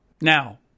Now